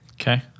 Okay